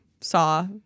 saw